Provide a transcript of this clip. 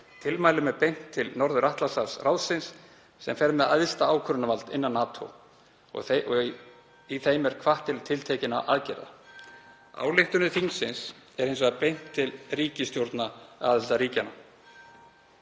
Tilmælum er beint til Norður-Atlantshafsráðsins, sem fer með æðsta ákvarðanavald innan NATO, og í þeim er hvatt til tiltekinna aðgerða. Ályktunum þingsins er hins vegar beint til ríkisstjórna aðildarríkjanna.